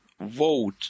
vote